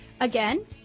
Again